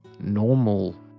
Normal